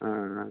ஆ ஆ